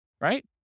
right